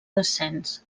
descens